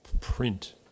print